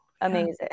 amazing